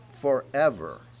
forever